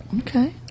Okay